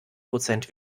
prozent